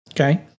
Okay